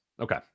Okay